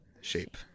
shape